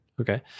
Okay